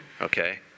okay